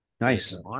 Nice